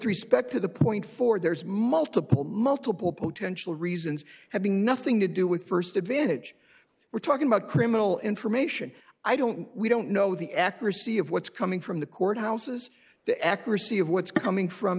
respect to the point four there's multiple multiple potential reasons having nothing to do with first advantage we're talking about criminal information i don't we don't know the accuracy of what's coming from the courthouses the accuracy of what's coming from